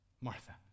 Martha